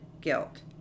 Guilt